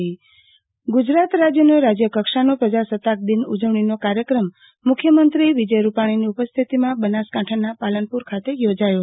આરતી ભટ્ટ રાજ્યકક્ષાની ઉજવણી ગુજરાત રાજ્યનો રાજ્યકક્ષાનો પ્રજાસત્તાક દિન ઉજવણીનો કાર્યક્રમ મુખ્યમંત્રી વિજય રુપાણીની ઉપસ્થિતિમાં બનાસકાંઠાના પાલનપુરમાં યોજાયો